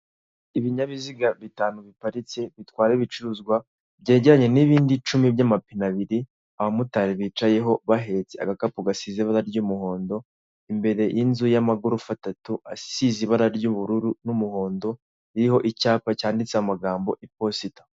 Ibinyabiziga bitanu biparitse bitwara ibicuruzwa byegeranye n'ibindi icumi byamapine abiri abamotari bicayeho bahetse agakapu gasize ibara ry'umuhondo. Imbere y'inzu y'amagorofa atatu asize ibara ry'ubururu n'umuhondo iriho icyapa cyanditseho amagambo iposita.